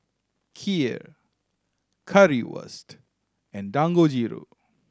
Kheer Currywurst and Dangojiru